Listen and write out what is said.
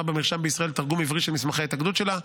במרשם בישראל תרגום עברי של מסמכי ההתאגדות שלה,